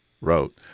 wrote